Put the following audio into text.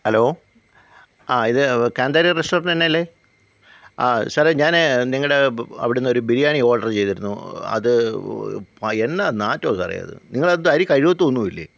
hello ആ ഇത് Kanthari restaurant തന്നെയല്ലേ ആ സാറെ ഞാൻ നിങ്ങളുടെ അവിടുന്ന് ഒരു ബിരിയാണി ഓഡർ ചെയ്തിരുന്നു അത് എന്നാ നാറ്റമാണ് സാറേ അത് നിങ്ങളെന്തുവാ അരി കഴിവത്തൊന്നുമില്ലേ